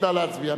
נא להצביע.